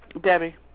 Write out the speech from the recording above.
Debbie